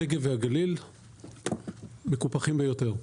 הנגב והגליל מקופחים ביותר.